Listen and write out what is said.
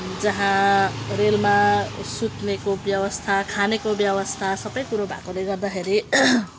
जहाँ रेलमा सुत्नेको व्यवस्था खानेको व्यवस्था सबै कुरो भएकोले गर्दाखेरि